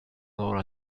loro